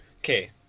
Okay